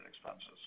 expenses